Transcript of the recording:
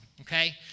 Okay